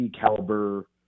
caliber